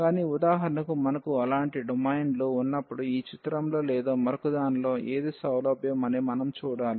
కానీ ఉదాహరణకు మనకు అలాంటి డొమైన్లు ఉన్నప్పుడు ఈ చిత్రంలో లేదా మరొకదానిలో ఏది సౌలభ్యం అని మనం చూడాలి